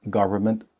government